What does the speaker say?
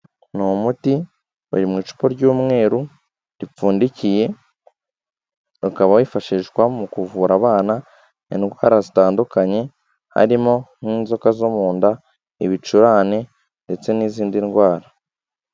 Ni umuti uri mu icupa ry'umweru ripfundikiye, ukaba wifashishwa mu kuvura abana indwara zitandukanye, harimo nk'inzoka zo mu nda, ibicurane ndetse n'izindi ndwara.